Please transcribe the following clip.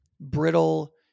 brittle